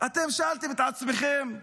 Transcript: אתם שאלתם את עצמכם?